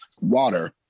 water